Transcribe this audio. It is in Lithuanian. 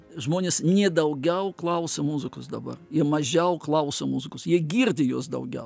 žmonės ne daugiau klauso muzikos dabar jie mažiau klauso muzikos jie girdi jos daugiau